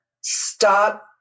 Stop